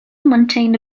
maintained